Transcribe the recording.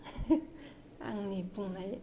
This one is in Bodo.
आंनि बुंनाय